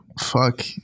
Fuck